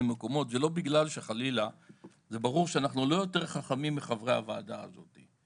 מקומות - זה ברור שאנחנו לא יותר חכמים מחברי הוועדה הזאת,